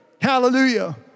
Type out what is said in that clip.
Hallelujah